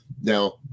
Now